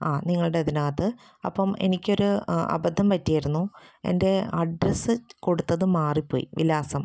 ആ നിങ്ങളുടെ ഇതിനകത്ത് അപ്പം എനിക്കൊര് അബദ്ധം പറ്റിയിരുന്നു എൻ്റെ അഡ്രസ്സ് കൊടുത്തത് മാറിപ്പോയി വിലാസം